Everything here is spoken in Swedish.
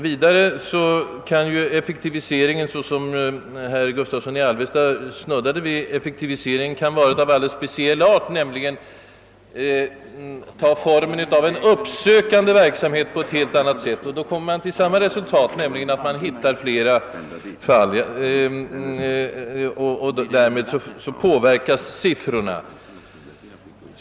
Vidare kan effektiviseringen — detta snuddade herr Gustavsson i Alvesta vid — vara av en alldeles speciell art; den kan ta formen av en uppsökande verksamhet i större utsträckning än tidigare. Resultatet blir då detsamma: man hittar flera fall och därmed påverkas siffrorna rörande hjälpfallsfrekvensen.